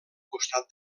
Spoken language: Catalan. costat